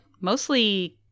Mostly